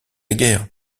guerre